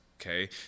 okay